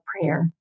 prayer